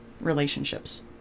relationships